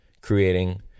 creating